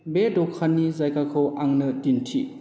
बे दखाननि जायगाखौ आंनो दिन्थि